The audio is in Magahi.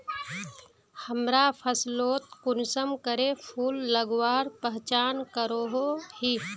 हमरा फसलोत कुंसम करे फूल लगवार पहचान करो ही?